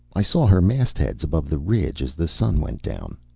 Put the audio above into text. i saw her mastheads above the ridge as the sun went down.